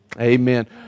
Amen